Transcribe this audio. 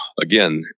again